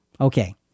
Okay